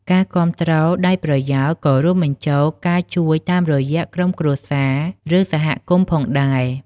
ការគាំទ្រដោយប្រយោលក៏រួមបញ្ចូលការជួយតាមរយៈក្រុមគ្រួសារ ឬ សហគមន៍ផងដែរ។